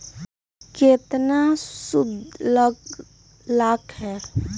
केतना सूद लग लक ह?